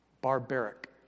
barbaric